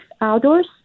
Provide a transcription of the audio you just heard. outdoors